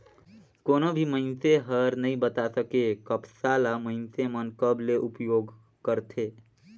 कोनो भी मइनसे हर नइ बता सके, कपसा ल मइनसे मन कब ले उपयोग करथे